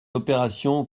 opération